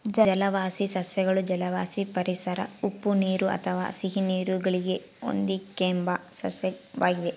ಜಲವಾಸಿ ಸಸ್ಯಗಳು ಜಲವಾಸಿ ಪರಿಸರ ಉಪ್ಪುನೀರು ಅಥವಾ ಸಿಹಿನೀರು ಗಳಿಗೆ ಹೊಂದಿಕೆಂಬ ಸಸ್ಯವಾಗಿವೆ